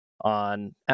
on